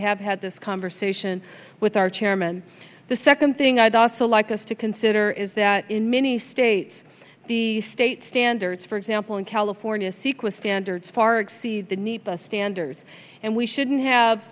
have had this conversation with our chairman the second thing i'd also like us to consider is that in many states the state standards for example in california sequence standards far exceed the nepa standers and we shouldn't have